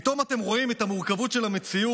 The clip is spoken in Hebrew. פתאום אתם רואים את המורכבות של המציאות,